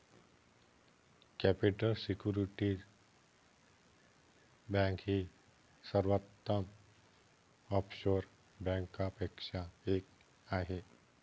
capital security bank ही सर्वोत्तम offshore बँकांपैकी एक आहे